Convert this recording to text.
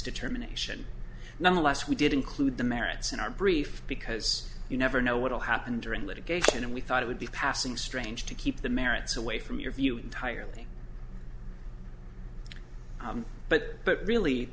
determination nonetheless we did include the merits in our brief because you never know what will happen during litigation and we thought it would be passing strange to keep the merits away from your view entirely but but really